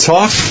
Talk